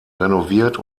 renoviert